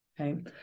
Okay